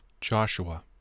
Joshua